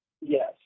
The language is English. Yes